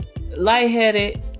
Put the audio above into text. lightheaded